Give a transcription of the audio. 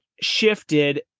shifted